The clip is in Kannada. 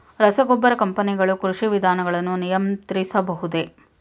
ರಸಗೊಬ್ಬರ ಕಂಪನಿಗಳು ಕೃಷಿ ವಿಧಾನಗಳನ್ನು ನಿಯಂತ್ರಿಸಬಹುದೇ?